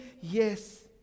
yes